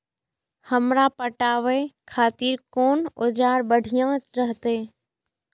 हमरा पटावे खातिर कोन औजार बढ़िया रहते?